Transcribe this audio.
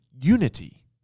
unity